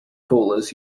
callers